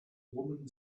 woman